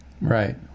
Right